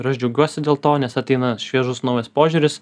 ir aš džiaugiuosi dėl to nes ateina šviežus naujas požiūris